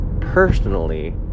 personally